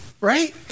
right